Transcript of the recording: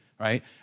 right